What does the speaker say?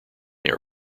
air